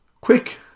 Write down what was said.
quick